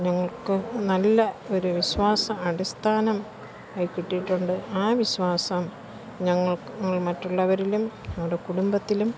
ഞങ്ങൾക്ക് നല്ല ഒരു വിശ്വാസം അടിസ്ഥാനം ആയി കിട്ടിയിട്ടുണ്ട് ആ വിശ്വാസം ഞങ്ങൾക്ക് മറ്റുള്ളവരിലും ഞങ്ങളുടെ കുടുംബത്തിലും